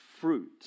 fruit